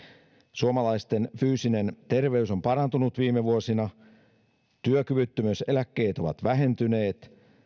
suomalaisten fyysinen terveys on parantunut viime vuosina ja työkyvyttömyyseläkkeet ovat vähentyneet